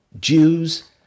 Jews